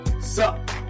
Sup